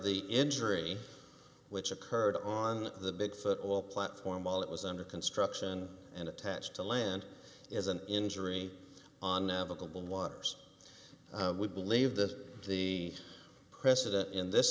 the injury which occurred on the big foot oil platform while it was under construction and attached to land is an injury on the waters we believe that the precedent in this